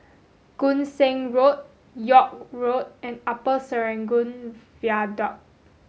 Koon Seng Road York Road and Upper Serangoon Viaduct